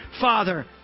Father